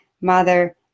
mother